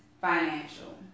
financial